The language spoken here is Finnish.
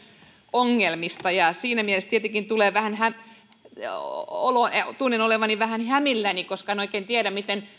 ongelmista siinä mielessä tietenkin tunnen olevani vähän hämilläni koska en oikein tiedä miten